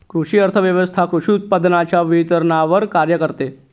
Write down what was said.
कृषी अर्थव्यवस्वथा कृषी उत्पादनांच्या वितरणावर कार्य करते